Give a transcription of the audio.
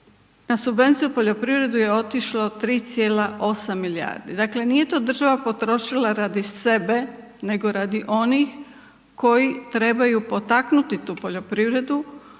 na subvencije u poljoprivredi je otišlo 3,8 milijardi. Dakle nije to država potrošila radi sebe nego radi onih koji trebaju potaknuti tu poljoprivredu